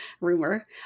rumor